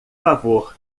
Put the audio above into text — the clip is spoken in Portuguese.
favor